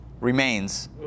remains